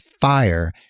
fire